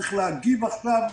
שצריך להגיב עכשיו.